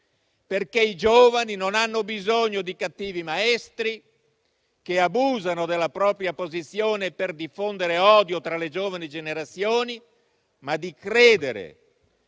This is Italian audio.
perché i giovani non hanno bisogno di cattivi maestri che abusano della propria posizione per diffondere odio tra le giovani generazioni, ma di credere